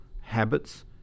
habits